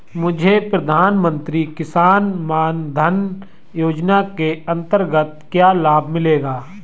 मुझे प्रधानमंत्री किसान मान धन योजना के अंतर्गत क्या लाभ मिलेगा?